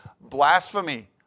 blasphemy